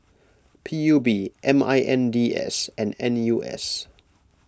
P U B M I N D S and N U S